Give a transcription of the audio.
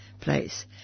place